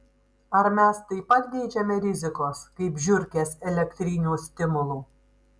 ar mes taip pat geidžiame rizikos kaip žiurkės elektrinių stimulų